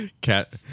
cat